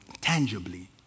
tangibly